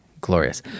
Glorious